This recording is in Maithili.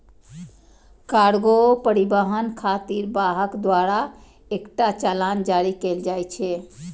कार्गो परिवहन खातिर वाहक द्वारा एकटा चालान जारी कैल जाइ छै